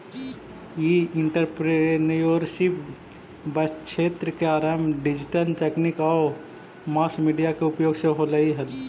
ई entrepreneurship क्क्षेत्र के आरंभ डिजिटल तकनीक आउ मास मीडिया के उपयोग से होलइ हल